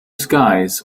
skies